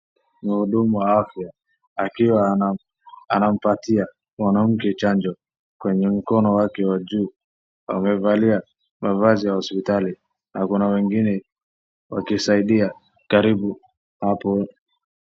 Mhudumu wa afya akiwa anampatia mwanamke chanjo kwenye mkono wake wa juu amevalia mavazi ya hospitali na kuna wengine akisaidia karibu hapo.